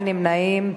אין נמנעים,